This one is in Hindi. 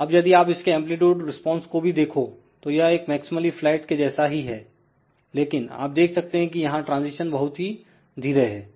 अब यदि आप इसके एंप्लीट्यूड रिस्पांस को भी देखो तो यह एक मैक्सिमली फ्लैट के जैसा ही है लेकिन आप देख सकते हैं की यहां ट्रांजिशन बहुत ही धीरे हैं